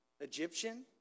Egyptian